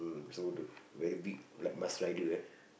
so the very big like mask rider ah